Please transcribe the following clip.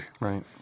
Right